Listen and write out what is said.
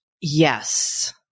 Yes